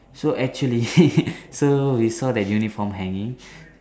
so actually so we saw that uniform hanging